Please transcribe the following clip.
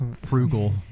frugal